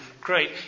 Great